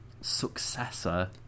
successor